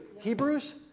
Hebrews